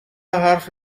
حرف